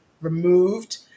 removed